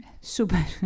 super